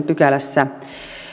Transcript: pykälässä